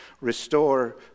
restore